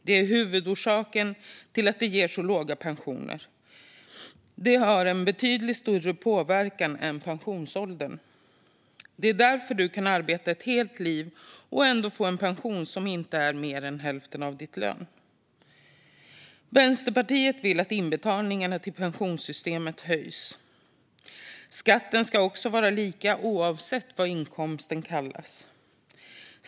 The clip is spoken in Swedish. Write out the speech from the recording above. Det är huvudorsaken till att det ger så låga pensioner. Detta har en betydligt större påverkan än pensionsåldern. Det är därför du kan arbeta ett helt liv och ändå få en pension som inte är mer än hälften av din lön. Vänsterpartiet vill att inbetalningarna till pensionssystemet höjs. Skatten ska också vara lika oavsett vad inkomsten kallas.